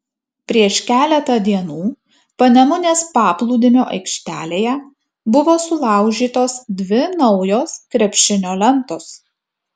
prieš keletą dienų panemunės paplūdimio aikštelėje buvo sulaužytos dvi naujos krepšinio lentos